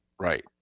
Right